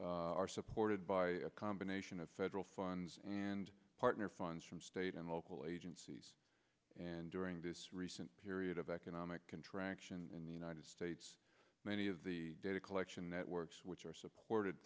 data are supported by a combination of federal funds and partner funds from state and local agencies and during this recent period of economic contraction in the united states many of the data collection networks which are supported